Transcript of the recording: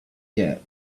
yet